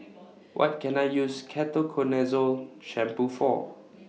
What Can I use Ketoconazole Shampoo For